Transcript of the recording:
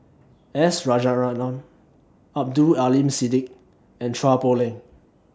S Rajaratnam Abdul Aleem Siddique and Chua Poh Leng